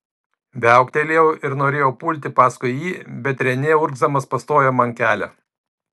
viauktelėjau ir norėjau pulti paskui jį bet renė urgzdamas pastojo man kelią